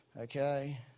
Okay